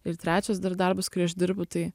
ir trečias dar darbas kurį aš dirbu tai